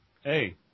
Hey